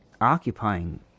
Occupying